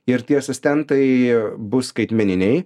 ir tie asistentai bus skaitmeniniai